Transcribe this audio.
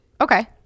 Okay